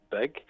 big